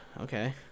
okay